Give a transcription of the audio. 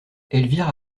elvire